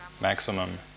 maximum